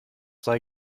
sei